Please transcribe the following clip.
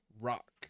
rock